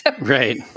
Right